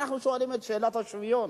אנחנו שואלים את שאלת השוויון.